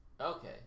Okay